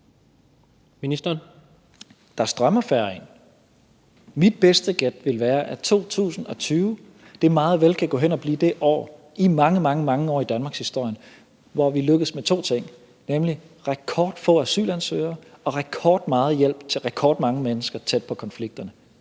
Tesfaye): Der strømmer færre ind. Mit bedste gæt vil være, at 2020 meget vel kan gå hen og blive det år i mange, mange år i danmarkshistorien, hvor vi lykkes med to ting, nemlig rekordfå asylansøgere og rekordmeget hjælp til rekordmange mennesker tæt på konflikterne.